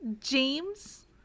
James